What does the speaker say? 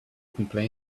complain